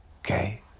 Okay